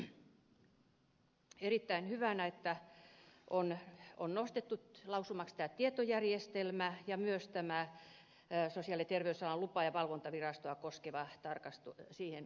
näen erittäin hyvänä että on nostettu lausumaksi tämä tietojärjestelmäasia ja myös sosiaali ja terveysalan lupa ja valvontavirastoa koskeva asia